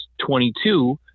22